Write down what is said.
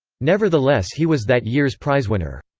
nevertheless he was that year's prizewinner.